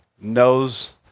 knows